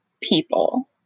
people